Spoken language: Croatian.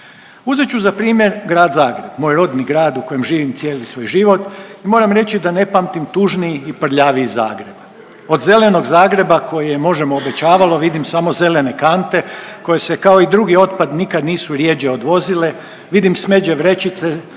Uzet ću za primjer Grad Zagreb, moj rodni grad u kojem živim cijeli svoj život i moram reći da ne pamtim tužniji i prljaviji Zagreb. Od zelenog Zagreba koji je Možemo! obećavalo vidim samo zelene kante koje se kao i drugi otpad nikad nisu rjeđe odvozile, vidim smeđe vrećice